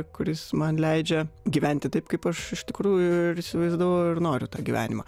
kuris man leidžia gyventi taip kaip aš iš tikrųjų ir įsivaizdavau ir noriu tą gyvenimą